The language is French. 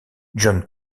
john